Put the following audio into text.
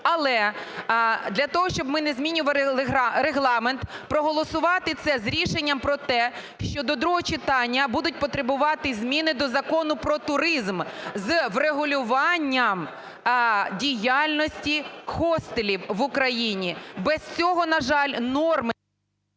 але для того, щоб ми не змінювали регламент, проголосувати це з рішенням про те, що до другого читання будуть потребувати зміни до Закону "Про туризм" з врегулюванням діяльності хостелів в Україні. Без цього, на жаль, норми…